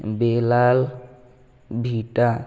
bella vita